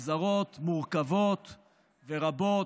נגזרות מורכבות ורבות,